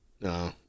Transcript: No